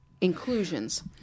Inclusions